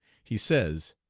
he says